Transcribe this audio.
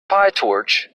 pytorch